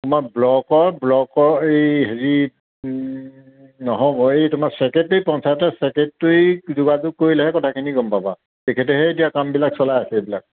তোমাৰ ব্লকৰ ব্লকৰ এই হেৰি নহ'ব এই তোমাৰ ছেক্ৰেটেৰী পঞ্চায়তৰ ছেক্ৰেটেৰিক যোগাযোগ কৰিলেহে কথাখিনি গম পাবা তেখেতেহে এতিয়া কামবিলাক চলাই আছে এইবিলাক